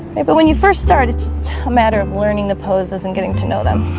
right, but when you first start it's just a matter of learning the poses and getting to know them